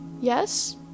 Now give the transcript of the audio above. Yes